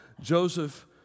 Joseph